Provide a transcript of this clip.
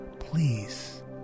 please